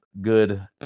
good